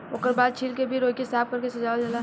ओकर बाल छील के फिर ओइके साफ कर के सजावल जाला